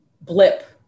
blip